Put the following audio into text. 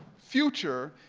future,